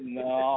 no